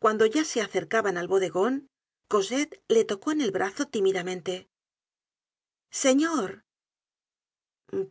cuando ya se acercaban al bodegon cosette le tocó en el brazo tímidamente f señor